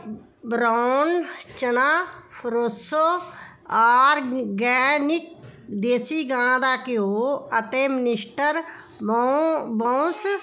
brown chana fresho organic ਦੇਸੀ ਗਾਂ ਦਾ ਘਿਓ ਅਤੇ ਮਿਸਟਰ ਬੌਸ